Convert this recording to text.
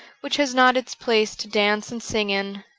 which has not its place to dance and sing in,